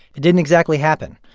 it didn't exactly happen.